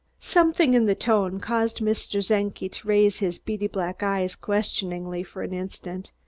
something in the tone caused mr. czenki to raise his beady black eyes questioningly for an instant,